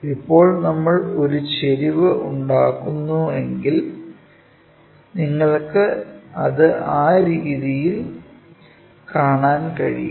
ഇപ്പോൾ നമ്മൾ ഒരു ചെരിവ് ഉണ്ടാക്കുന്നുണ്ടെങ്കിൽ നിങ്ങൾക്ക് അത് ആ രീതിയിൽ കാണാൻ കഴിയും